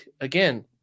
again